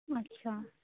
अच्छा